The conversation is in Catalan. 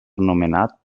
nomenat